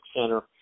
Center